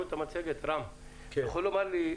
בינתיים, רם, תוכל לומר לי: